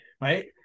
right